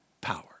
power